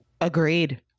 Agreed